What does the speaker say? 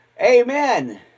amen